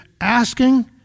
asking